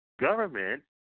government